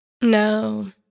No